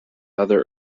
other